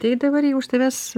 tai dabar jeigu aš tavęs